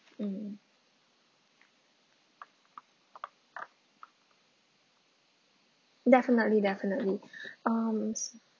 mmhmm definitely definitely um